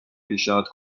پیشنهاد